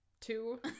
two